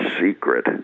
secret